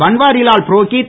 Banwarilal Purohit